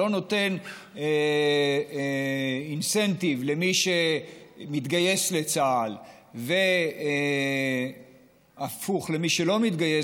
לא נותן אינסנטיב למי שמתגייס לצה"ל והפוך למי שלא מתגייס,